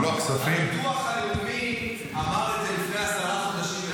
הביטוח הלאומי אמר את זה לשר האוצר לפני עשרה חודשים.